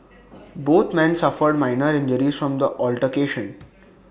both men suffered minor injuries from the altercation